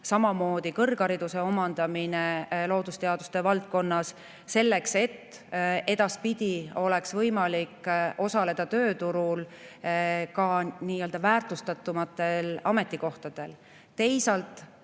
samamoodi kõrghariduse omandamine loodusteaduste valdkonnas, selleks et [neil] edaspidi oleks võimalik osaleda tööturul ka nii-öelda väärtustatumatel ametikohtadel.